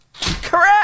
Correct